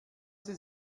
sie